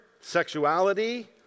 sexuality